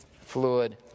fluid